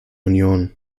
union